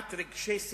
הבעת רגשי שנאה.